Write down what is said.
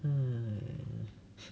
um